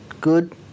good